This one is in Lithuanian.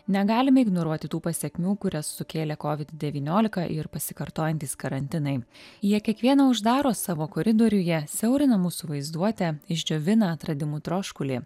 negalime ignoruoti tų pasekmių kurias sukėlė kovid devyniolika ir pasikartojantys karantinai jie kiekvieną uždaro savo koridoriuje siaurina mūsų vaizduotę išdžiovina atradimų troškulį